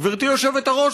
גברתי היושבת-ראש,